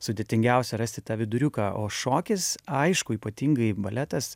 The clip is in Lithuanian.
sudėtingiausia rasti tą viduriuką o šokis aišku ypatingai baletas